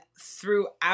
throughout